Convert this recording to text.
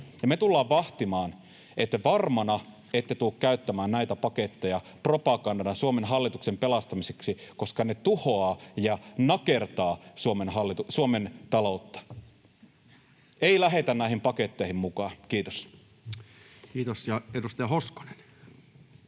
Me tullaan vahtimaan, että varmana te ette tule käyttämään näitä paketteja propagandana Suomen hallituksen pelastamiseksi, koska ne tuhoavat ja nakertavat Suomen taloutta. Ei lähdetä näihin paketteihin mukaan. — Kiitos. Kiitos. — Edustaja Hoskonen.